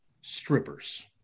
strippers